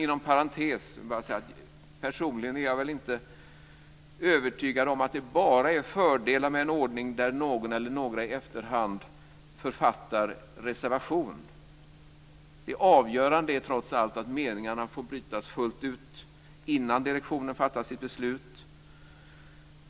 Inom parentes vill jag säga att jag personligen inte är övertygad om att det bara är fördelar med en ordning där någon eller några i efterhand författar reservation. Det avgörande är trots allt att meningarna får brytas fullt ut innan direktionen fattar sitt beslut.